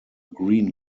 green